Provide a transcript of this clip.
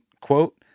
quote